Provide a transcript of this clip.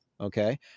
Okay